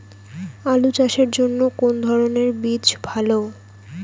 আলু চাষের জন্য কোন ধরণের বীজ ভালো?